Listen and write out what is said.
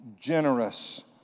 generous